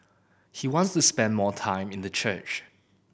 he wants to spend more time in the church